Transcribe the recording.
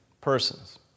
persons